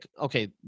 okay